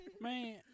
Man